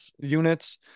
units